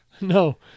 No